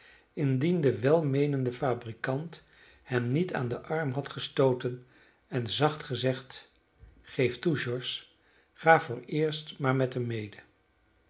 indien de welmeenende fabrikant hem niet aan den arm had gestooten en zacht gezegd geef toe george ga vooreerst maar met hem mede